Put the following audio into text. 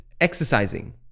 exercising